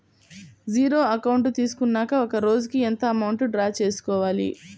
Zero account తీసుకున్నాక ఒక రోజుకి ఎంత అమౌంట్ డ్రా చేసుకోవాలి?